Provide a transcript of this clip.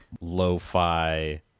lo-fi